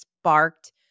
sparked